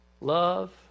love